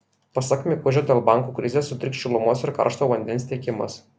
pasak mikužio dėl bankų krizės sutriks šilumos ir karšto vandens tiekimas